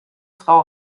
frau